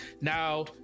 now